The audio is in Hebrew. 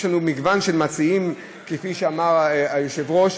יש לנו מגוון של מציעים, כפי שאמר היושב-ראש.